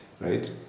right